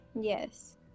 Yes